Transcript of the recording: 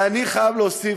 ואני חייב להוסיף,